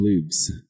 lives